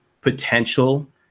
potential